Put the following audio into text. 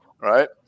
Right